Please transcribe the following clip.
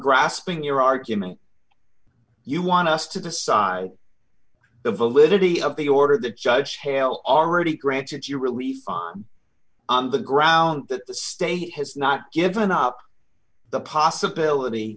grasping your argument you want us to decide the validity of the order the judge hell already granted you relief on the grounds that the state has not given up the possibility